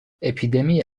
اپیدمی